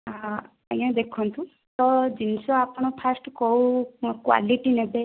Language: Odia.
ହଁ ଆଜ୍ଞା ଦେଖନ୍ତୁ ତ ଜିନିଷ ଆପଣ ଫାଷ୍ଟ୍ କେଉଁ କ୍ୱାଲିଟି ନେବେ